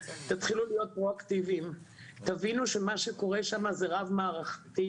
תתחילו להיות אקטיביים תבינו שמה שקורה שם זה רב מערכתי,